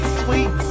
sweet